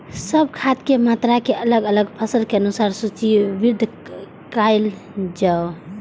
सब खाद के मात्रा के अलग अलग फसल के अनुसार सूचीबद्ध कायल जाओ?